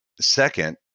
second